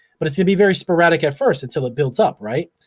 but it's gonna be very sporadic at first until it builds up, right.